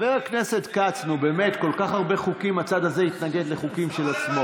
וזעקנו לכם: